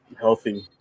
healthy